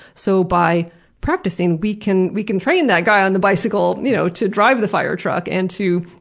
so by practicing, we can we can train that guy on the bicycle you know to drive the firetruck and to,